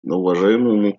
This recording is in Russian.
уважаемому